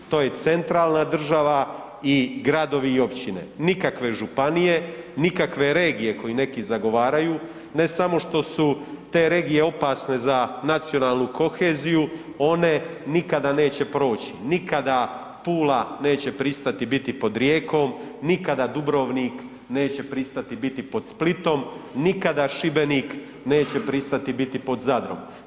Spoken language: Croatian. To je centralna država i gradovi i općine, nikakve županije, nikakve regije koje neki zagovaraju, ne samo što su te regije opasne za nacionalnu koheziju, one nikada neće proći, nikada Pula neće pristati biti pod Rijekom, nikada Dubrovnik neće pristati biti pod Splitom, nikada Šibenik neće pristati biti pod Zadrom.